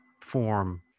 form